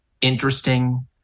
interesting